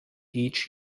each